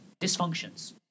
dysfunctions